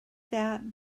that